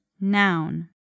Noun